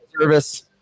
service